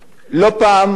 חבר הכנסת וקנין,